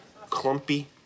clumpy